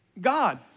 God